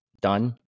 done